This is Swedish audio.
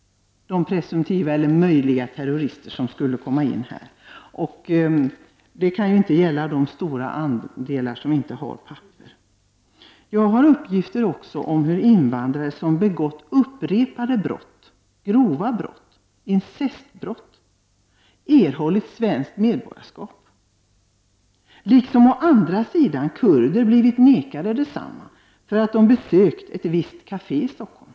Men risken att det kommer in presumtiva eller möjliga terrorister kan ju inte gälla den stora andel som inte har papper. Jag har uppgifter om hur invandrare som begått upprepade grova brott, t.ex. incest, erhållit svenskt medborgarskap, samtidigt som kurder blivit nekade svenskt medborgarskap för att de besökt ett visst kafé i Stockholm.